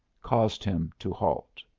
caused him to halt.